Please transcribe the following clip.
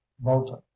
volta